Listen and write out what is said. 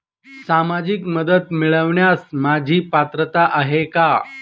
सामाजिक मदत मिळवण्यास माझी पात्रता आहे का?